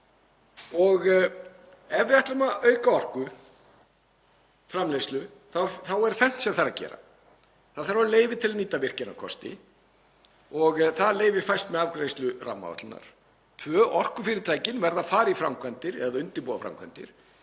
Ef við ætlum að auka orkuframleiðslu þá er fernt sem þarf að gera. 1. Það þarf leyfi til að nýta virkjunarkosti og það leyfi fæst með afgreiðslu rammaáætlunar. 2. Orkufyrirtæki verða að fara í framkvæmdir eða undirbúa framkvæmdir.